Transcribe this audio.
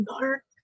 dark